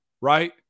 right